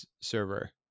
server